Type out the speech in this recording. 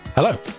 Hello